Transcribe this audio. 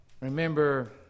Remember